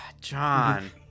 John